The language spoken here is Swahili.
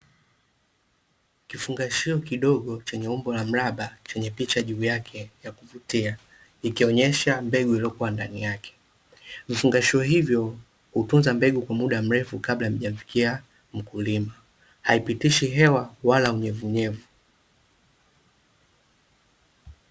Kifungashio kidogo chenye umbo la mraba chenye picha juu yake ya kuvutia, ikionyesha mbegu iliyokuwa ndani yake. Vifungashio hivyo hutunza mbegu kwa muda mrefu kabla haijamfikia mkulima. Haipitishi hewa wala unyevu unyevu.